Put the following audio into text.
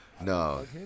no